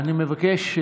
אני מבקש,